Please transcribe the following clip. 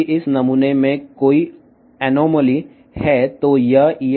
ఇప్పుడు ఈ నమూనాలో ఏదైనా క్రమరాహిత్యం ఉంటే అది EM తరంగాలను ప్రతిబింబిస్తుంది